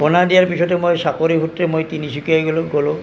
পোনা দিয়াৰ পিছতে মই চাকৰি সূত্ৰে মই তিনিচুকীয়ালৈ গ'লোঁ